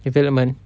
development